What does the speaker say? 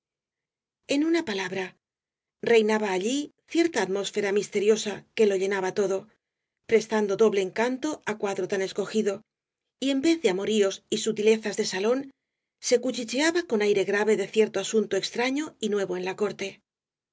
en una palabra reinaba allí cierta atmósfera misteriosa que lo llenaba todo prestando doble encanto á cuadro tan escogido y en vez de amoríos y sutilezas de salón se cuchicheaba con aire grave de cierto asunto extraño y nuevo en la corte